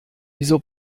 wieso